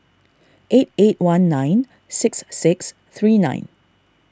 eight eight one nine six six three nine